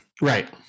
Right